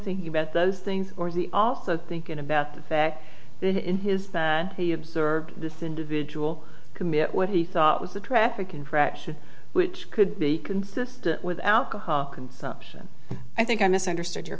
thinking about those things or the also thinking about the fact that in his he observed this individual commit what he thought was a traffic infraction which could be consistent with alcohol consumption i think i misunderstood your